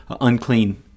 unclean